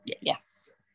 Yes